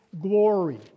glory